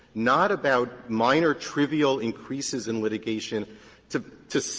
not about minor, trivial increases in litigation to